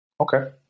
Okay